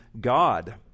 God